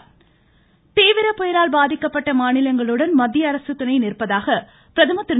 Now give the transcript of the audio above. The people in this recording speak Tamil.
பிரதமர் புயல் தீவிர புயலால் பாதிக்கப்பட்ட மாநிலங்களுடன் மத்திய அரசு துணை நிற்பதாக பிரதமர் திரு